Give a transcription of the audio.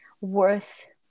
worth